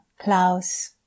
Klaus